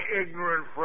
ignorant